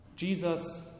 Jesus